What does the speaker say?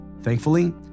Thankfully